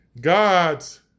God's